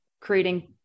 creating